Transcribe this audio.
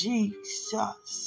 Jesus